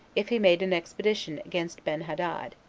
if he made an expedition against benhadad,